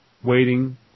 waiting